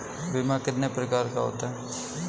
बीमा कितने प्रकार का होता है?